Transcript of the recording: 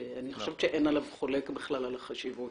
שאני חושבת שאין כלל חולק לגבי החשיבות